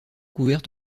couvert